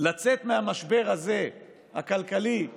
לצאת מהמשבר הכלכלי הזה